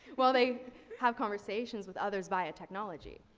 while they have conversations with others via technology.